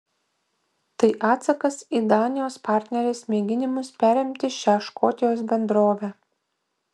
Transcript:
tai atsakas į danijos partnerės mėginimus perimti šią škotijos bendrovę